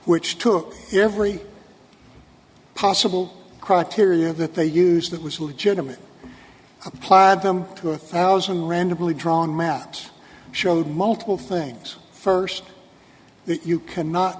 which took every possible criteria that they use that was legitimate applied them to a thousand randomly drawn maps showed multiple things first that you cannot